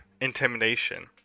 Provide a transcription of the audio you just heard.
intimidation